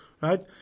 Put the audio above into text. right